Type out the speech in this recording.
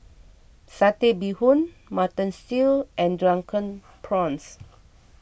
Satay Bee Hoon Mutton Stew and Drunken Prawns